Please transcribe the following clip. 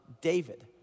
David